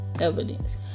evidence